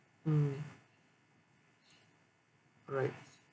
mm right